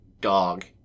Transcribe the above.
dog